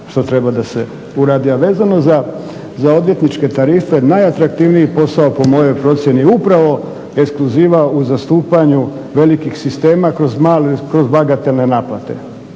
što treba da se uradi, a vezano za odvjetničke tarife najatraktivniji posao po mojoj procjeni upravo eskluziva u zastupanju velikih sistema kroz bagatelne naplate